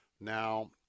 Now